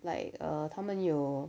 like err 他们有